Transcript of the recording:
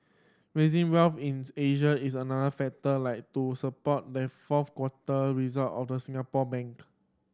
rising wealth in Asia is another factor like to support the fourth quarter result of the Singapore bank